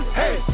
hey